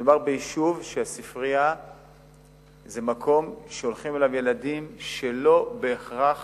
מדובר ביישוב שבו הספרייה זה מקום שהולכים אליו ילדים שלא בהכרח